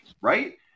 right